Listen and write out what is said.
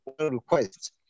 request